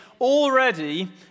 already